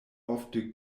ofte